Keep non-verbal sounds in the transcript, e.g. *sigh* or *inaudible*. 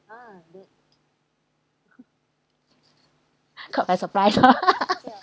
*breath* caught by surprise *laughs*